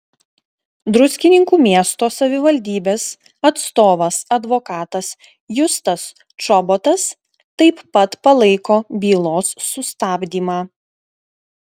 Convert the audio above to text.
druskininkų miesto savivaldybės atstovas advokatas justas čobotas taip pat palaiko bylos sustabdymą